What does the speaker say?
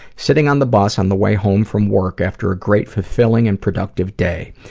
sitting on the bus on the way home from work after a great fulfilling and productive day,